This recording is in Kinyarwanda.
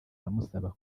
amusaba